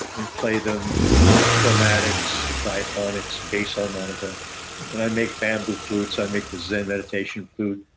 and play them chromatics, diatonics, bass harmonica and i make bamboo flutes. i make the zen meditation flute.